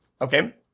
okay